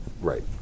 Right